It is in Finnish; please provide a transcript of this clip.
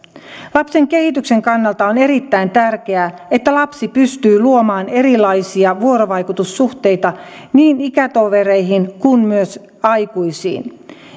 lapsen kehityksen kannalta on erittäin tärkeää että lapsi pystyy luomaan erilaisia vuorovaikutussuhteita niin ikätovereihin kuin myös aikuisiin